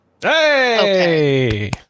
Hey